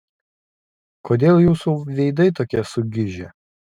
kodėl jūsų veidai tokie sugižę